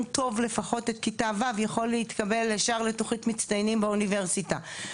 טוב לפחות לכיתה ו' יכול להתקבל ישר לתוכנית מצטיינים באוניברסיטה,